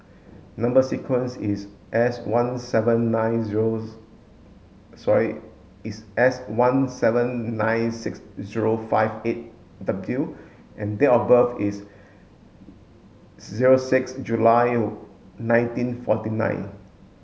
number sequence is S one seven nine zeros sorry is S one seven nine six zero five eight W and date of birth is zero six July nineteen forty nine